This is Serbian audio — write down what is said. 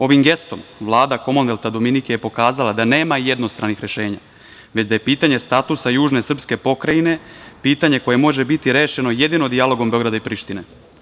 Ovim gestom Vlada Komonvelta Dominike je pokazala da nema jednostranih rešenja, već da je pitanje statusa južne srpske pokrajine, pitanje koje može biti rešeno jedino dijalogom Beograda i Prištine.